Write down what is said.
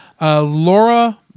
Laura